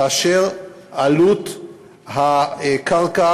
כאשר עלות הקרקע